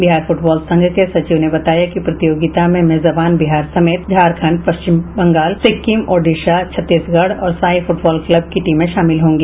Bihar football संघ के सचिव ने बताया कि प्रतियोगिता में मेजबान बिहार समेत झारखंड पश्चिम बंगाल सिक्किम ओडिशा छत्तीसगढ़ और साई फुटबॉल क्ल्ब की टीमें शामिल होंगी